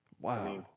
Wow